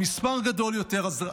המספר גדול יותר.